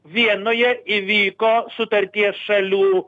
vienoje įvyko sutarties šalių